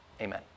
Amen